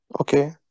Okay